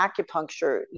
acupuncture